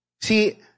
See